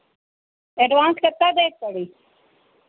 advance कितना देक पड़ी